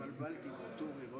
התבלבלתי, ואטורי.